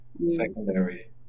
secondary